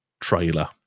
trailer